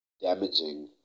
damaging